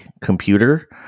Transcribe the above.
computer